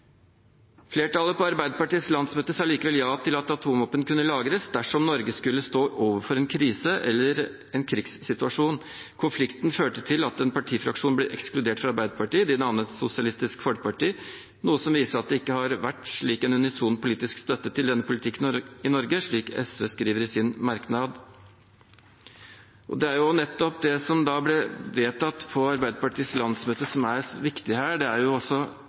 kunne lagres dersom Norge skulle stå overfor en krise eller en krigssituasjon. Konflikten førte til at en partifraksjon ble ekskludert fra Arbeiderpartiet. De dannet Sosialistisk Folkeparti, noe som viser at det ikke har vært en slik unison politisk støtte til denne politikken i Norge, slik SV skriver i sin merknad. Det er nettopp det som ble vedtatt på Arbeiderpartiets landsmøte, som er viktig her. I en fase i forkant av en konflikt vil neppe politisk ledelse i Norge gjennomføre den nødvendige mobiliseringen av frykt for at det